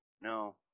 no